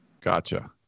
Gotcha